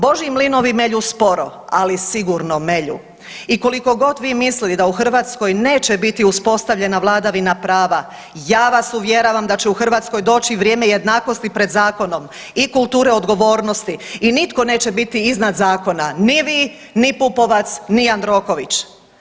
Božji mlinovi melju sporo, ali sigurno melju i koliko god vi mislili da u Hrvatskoj neće biti uspostavljena vladavina prava ja vas uvjeravam da će u Hrvatskoj doći vrijeme jednakosti pred zakonom i kulture odgovornosti i nitko neće biti iznad zakona, ni vi, ni Pupovac, ni Jandroković.